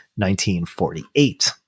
1948